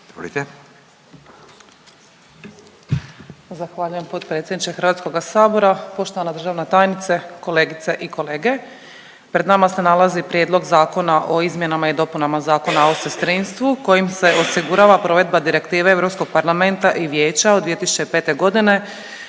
Zahvaljujem potpredsjedniče Hrvatskoga sabora, poštovana državna tajnice, kolegice i kolege. Pred nama se nalazi Prijedlog zakona o izmjenama i dopunama Zakona o sestrinstvu kojim se osigurava provedba Direktive Europskog parlamenta i Vijeća od 2005. godine